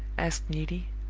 asked neelie.